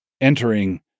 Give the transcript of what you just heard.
entering